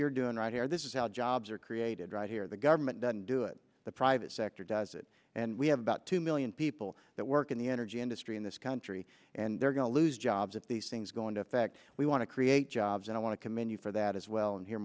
you're doing right here this is how jobs are created right here the government doesn't do it the private sector does it and we have about two million people that work in the energy industry in this country and they're going to lose jobs if these things going to affect we want to create jobs and i want to commend you for that as well and hear